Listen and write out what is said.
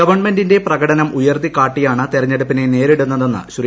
ഗവൺമെന്റിന്റെ പ്രകടനം ഉയർത്തികാട്ടിയാണ് തെരഞ്ഞെടുപ്പിനെ നേരിടുന്നതെന്ന് ശ്രീ